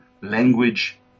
language